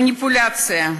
מניפולציה,